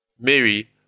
Mary